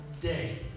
day